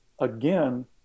again